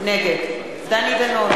נגד דני דנון,